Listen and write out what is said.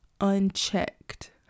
unchecked